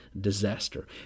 disaster